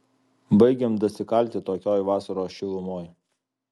baigiam dasikalti tokioj vasaros šilumoj